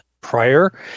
prior